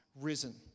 risen